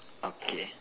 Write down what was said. okay